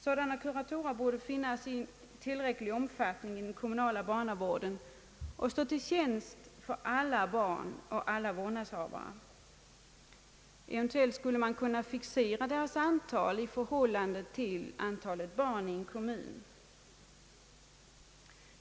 Sådana kuratorer borde finnas i tillräcklig omfattning inom den kommunala barnavården och stå till tjänst för alla barn och alla vårdnadshavare. Eventuellt skulle man kunna fixera deras antal i förhållande till antalet barn i en kommun.